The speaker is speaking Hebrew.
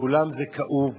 לכולם זה כאוב,